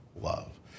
love